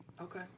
okay